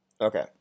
Okay